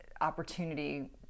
opportunity